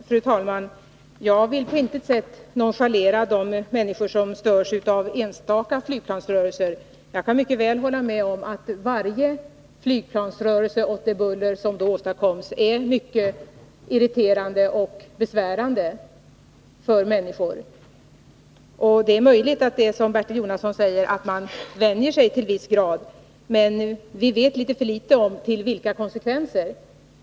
Fru talman! Jag vill på intet sätt nonchalera de människor som störs av enstaka flygplansrörelser. Jag kan mycket väl hålla med om att varje flygplansrörelse och det buller som då åstadkoms är mycket irriterande och besvärande för människor. Det är möjligt att det är som Bertil Jonasson säger, att man vänjer sig till en viss grad. Men vi vet för litet om vilka konsekvenserna blir.